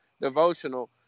devotional